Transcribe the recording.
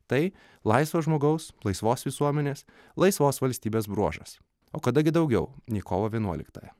tai laisvo žmogaus laisvos visuomenės laisvos valstybės bruožas o kada gi daugiau nei kovo vienuoliktąją